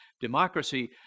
democracy